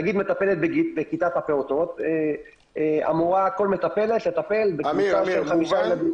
נגיד מטפלת בכיתת הפעוטות אמורה כל מטפלת לטפל בקבוצה של חמישה ילדים.